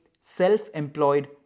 self-employed